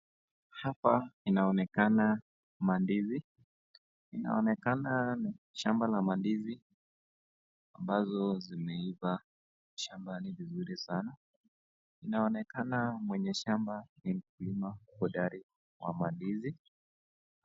Hapa inaonekana mandizi, inaonekana ni shamba la mandizi ambazo zimeiva shambani vizuri sana. Inaonekana mwenye shamba ni mkulima hodari wa mandizi.